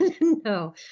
No